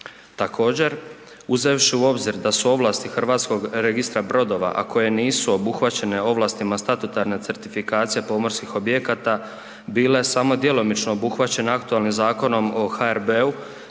Također uzevši u obzir da su ovlasti Hrvatskog registra brodova, a koje nisu obuhvaćene ovlastima statutarne certifikacije pomorskih objekata bile samo djelomično obuhvaćene aktualnim Zakonom o HRB-u,